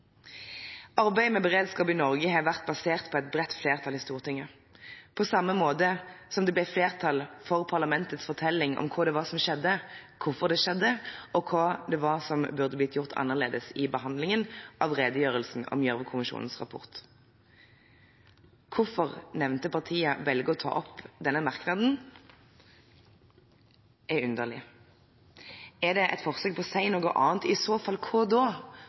Arbeidet med beredskap i Norge har vært basert på et bredt flertall i Stortinget, på samme måte som det ble flertall for parlamentets fortelling om hva det var som skjedde, hvorfor det skjedde, og hva det var som burde blitt gjort annerledes, i behandlingen av redegjørelsen om Gjørv-kommisjonens rapport. Hvorfor velger nevnte partier å ta opp denne merknaden? Det er underlig. Er det et forsøk på å si noe annet? I så fall: Hva da?